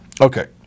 Okay